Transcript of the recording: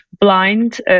blind